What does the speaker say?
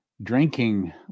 Drinking